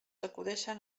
acudeixen